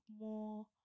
more